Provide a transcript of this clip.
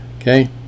Okay